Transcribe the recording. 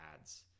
adds